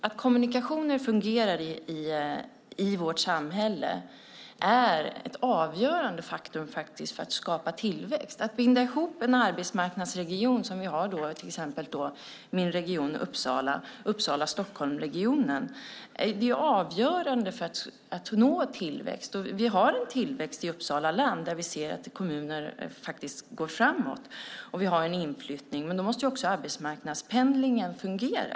Att kommunikationer fungerar i vårt samhälle är ett avgörande faktum för att skapa tillväxt. Att binda ihop arbetsmarknadsregioner - vi har till exempel min region Uppsala och Stockholmregionen - är avgörande för att nå tillväxt. Vi har en tillväxt i Uppsala län där vi ser att kommuner faktiskt går framåt, och vi har en inflyttning. Men då måste arbetspendlingen fungera.